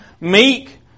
meek